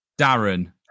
Darren